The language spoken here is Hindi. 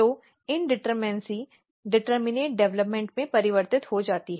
तो इनडिटमिनेसी डिटर्मनेट डिवेलॅप्मॅन्ट में परिवर्तित हो जाती है